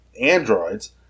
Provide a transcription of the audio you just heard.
Androids